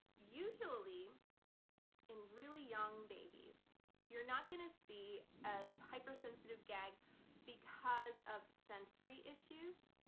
usually in really young babies you're not gonna see a hyper-sensitive gag because of sensory issues.